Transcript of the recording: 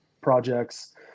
projects